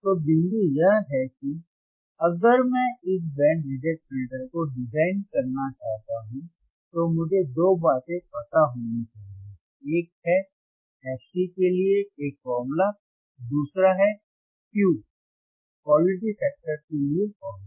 तो बिंदु यह है कि अगर मैं इस बैंड रिजेक्ट फिल्टर को डिजाइन करना चाहता हूं तो मुझे दो बातें पता होनी चाहिए एक है fC के लिए एक फॉर्मूला दूसरा है Q के लिए फॉर्मूला